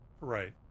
Right